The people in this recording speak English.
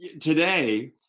today